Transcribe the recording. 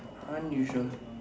unusual